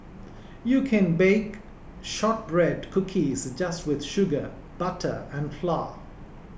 you can bake Shortbread Cookies just with sugar butter and flour